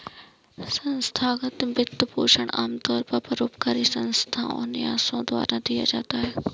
संस्थागत वित्तपोषण आमतौर पर परोपकारी संस्थाओ और न्यासों द्वारा दिया जाता है